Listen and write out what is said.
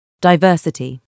Diversity